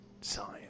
Science